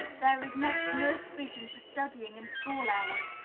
there is next to no provision for studying in school-hours,